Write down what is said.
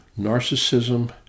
narcissism